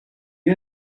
you